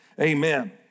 Amen